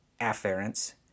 afferents